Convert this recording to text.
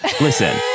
Listen